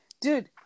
dude